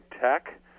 tech